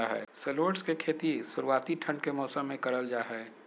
shallots के खेती शुरुआती ठंड के मौसम मे करल जा हय